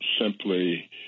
simply